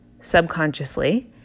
subconsciously